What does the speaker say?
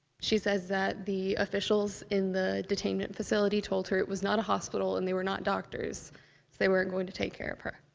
she says that the officials in the detainment facility told her it was not a hospital and they were not doctors, so they weren't going to take care of her.